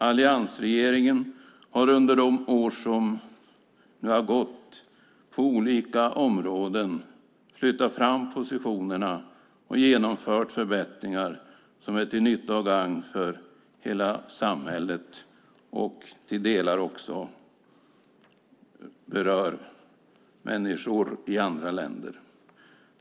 Alliansregeringen har under de år som har gått flyttat fram positionerna på olika områden och genomfört förbättringar som är till nytta och gagn för hela samhället och till delar också berör människor i andra länder.